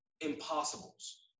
impossibles